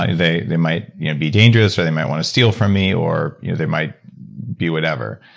ah they they might be dangerous or they might want to steal from me, or you know they might be whatever.